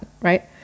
right